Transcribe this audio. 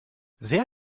sehr